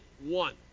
one